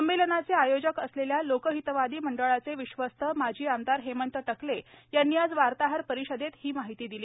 संमेलनाचे आयोजक असलेल्या लोकहितवादी मंडळाचे विश्वस्त माजी आमदार हेमंत टाकले यांनी आज वार्ताहर परिषदेत ही माहिती दिली